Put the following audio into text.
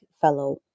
fellow